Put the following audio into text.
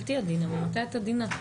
אל תהיה עדינה, ממתי את עדינה?